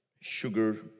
sugar